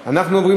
נתקבלה.